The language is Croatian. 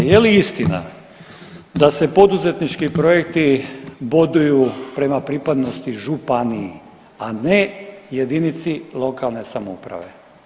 Je li istina da se poduzetnički projekti boduju prema pripadnosti županiji, a ne jedinici lokalne samouprave.